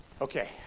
Okay